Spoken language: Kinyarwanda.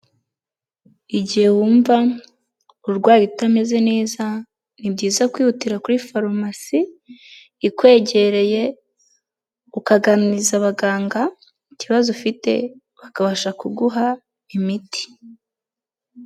Igihe wumva urwaye utameze neza ni byiza kwihutira kuri farumasi ikwegereye, ukaganiriza abaganga ikibazo ufite, bakabasha kuguha imiti.